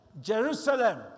Jerusalem